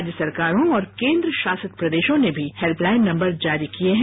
राज्य सरकारों और केंद्रशासित प्रदेशों ने भी हेल्प लाइन नंबर जारी किए हैं